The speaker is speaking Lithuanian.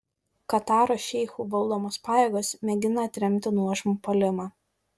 kataro šeichų valdomos pajėgos mėgina atremti nuožmų puolimą